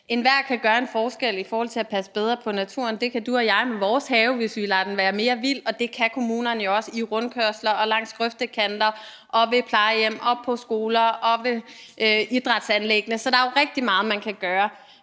enhver kan gøre en forskel i forhold til at passe bedre på naturen. Det kan du og jeg med vores haver, hvis vi lader dem være mere vilde, og det kan kommunerne jo også i rundkørsler og langs grøftekanter og ved plejehjem og på skoler og ved idrætsanlæg. Så der er jo rigtig meget, man kan gøre.